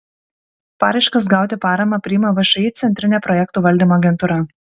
paraiškas gauti paramą priima všį centrinė projektų valdymo agentūra